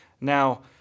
Now